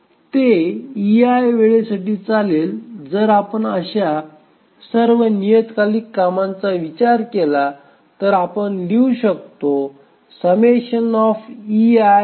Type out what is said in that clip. ते ei वेळेसाठी चालेल जर आपण अशा सर्व नियतकालिक कामांचा विचार केला तर आपण लिहू शकतो ∑ pi